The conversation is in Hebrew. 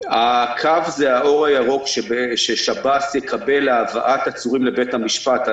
הקו הוא האור הירוק ששב"ס יקבל להבאת עצורים לבית המשפט.